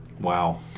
Wow